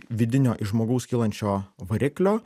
vidinio iš žmogaus kylančio variklio